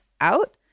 out